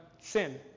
sin